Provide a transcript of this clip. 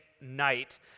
night